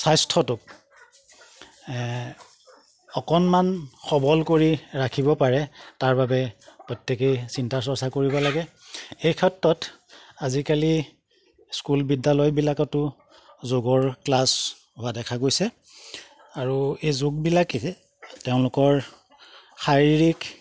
স্বাস্থ্যটোক অকণমান সবল কৰি ৰাখিব পাৰে তাৰ বাবে প্ৰত্যেকেই চিন্তা চৰ্চা কৰিব লাগে এই ক্ষেত্ৰত আজিকালি স্কুল বিদ্যালয়বিলাকতো যোগৰ ক্লাছ হোৱা দেখা গৈছে আৰু এই যোগবিলাকে তেওঁলোকৰ শাৰীৰিক